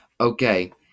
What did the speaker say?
Okay